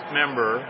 member